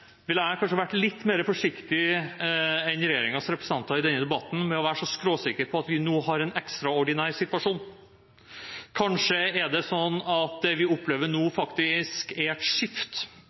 denne debatten med å være så skråsikker på at vi nå har en ekstraordinær situasjon. Kanskje er det sånn at det vi opplever nå, faktisk er et